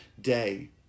day